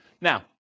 Now